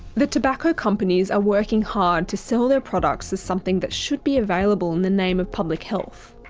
the tobacco companies are working hard to sell their products as something that should be available in the name of public health.